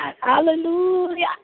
Hallelujah